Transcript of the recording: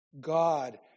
God